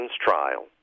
trial